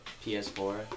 PS4